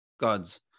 gods